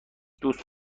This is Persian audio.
دوست